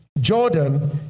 Jordan